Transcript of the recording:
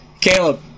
Caleb